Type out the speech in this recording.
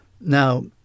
Now